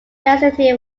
facility